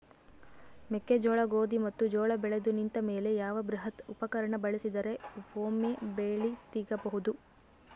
ಮೆಕ್ಕೆಜೋಳ, ಗೋಧಿ ಮತ್ತು ಜೋಳ ಬೆಳೆದು ನಿಂತ ಮೇಲೆ ಯಾವ ಬೃಹತ್ ಉಪಕರಣ ಬಳಸಿದರ ವೊಮೆ ಬೆಳಿ ತಗಿಬಹುದು?